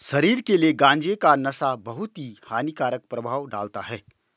शरीर के लिए गांजे का नशा बहुत ही हानिकारक प्रभाव डालता है